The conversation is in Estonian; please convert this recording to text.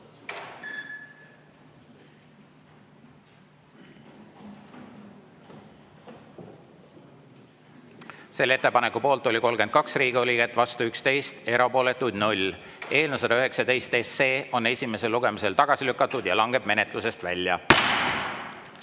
Selle ettepaneku poolt oli 38 Riigikogu liiget, vastu [20], erapooletuid 0. Eelnõu 111 on esimesel lugemisel tagasi lükatud ja langeb menetlusest välja.